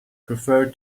prefer